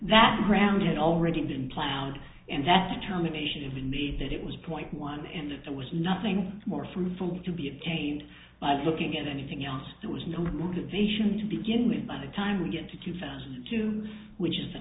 the ground had already been plowed and that the terminations of indeed that it was point one and that there was nothing more fruitful to be obtained by looking at anything else that was not motivation to begin with by the time we get to two thousand and two which is the